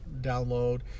download